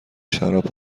شراب